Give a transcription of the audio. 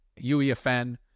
UEFN